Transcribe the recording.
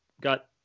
got